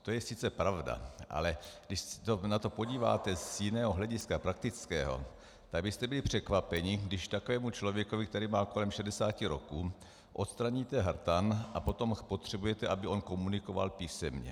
To je sice pravda, ale když se na to podíváte z jiného hlediska, praktického, tak byste byli překvapeni, když takovému člověku, který má kolem 60 roků, odstraníte hrtan a potom potřebujete, aby komunikoval písemně.